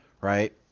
right